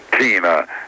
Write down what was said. Tina